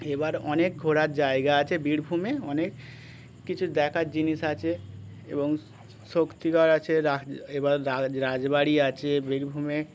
এবার অনেক ঘোরার জায়গা আছে বীরভূমে অনেক কিছু দেখার জিনিস আছে এবং শক্তিগড় আছে এবার রাজবাড়ি আছে বীরভূমে